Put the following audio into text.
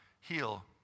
heal